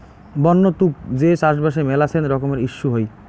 বন্য তুক যে চাষবাসে মেলাছেন রকমের ইস্যু হই